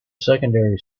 secondary